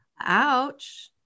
Ouch